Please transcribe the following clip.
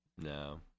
no